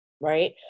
right